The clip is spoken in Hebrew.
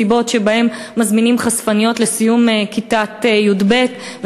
מסיבות לסיום כיתת י"ב שבהן מזמינים חשפניות.